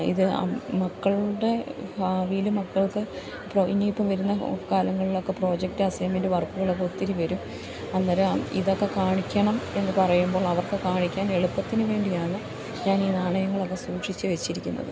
ഇത് മക്കളുടെ ഭാവിയില് മക്കൾക്ക് ഇപ്പോള് ഇനിയിപ്പോള് വരുന്ന കാലങ്ങളിലൊക്കെ പ്രോജക്റ്റ് അസൈൻമെന്റ് വർക്കുകളൊക്കെ ഒത്തിരി വരും അന്നേരം ഇതൊക്കെ കാണിക്കണം എന്നു പറയുമ്പോൾ അവർക്കു കാണിക്കാൻ എളുപ്പത്തിനു വേണ്ടിയാണ് ഞാനീ നാണയങ്ങളൊക്കെ സൂക്ഷിച്ചുവച്ചിരിക്കുന്നത്